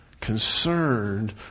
concerned